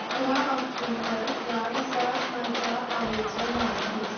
अकरा ऑक्टोबर ह्या दिसाक म्हज्या आवयचो वाडदीस